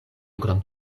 krom